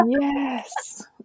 Yes